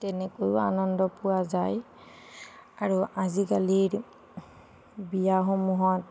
তেনেকৈও আনন্দ পোৱা যায় আৰু আজিকালিৰ বিয়াসমূহত